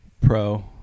Pro